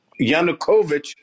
Yanukovych